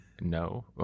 No